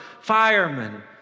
firemen